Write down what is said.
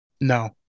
No